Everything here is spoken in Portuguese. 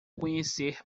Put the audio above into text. conhecer